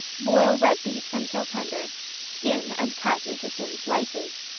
boil red beets until tender skin and cut into thin slices.